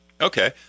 Okay